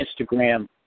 Instagram